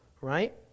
right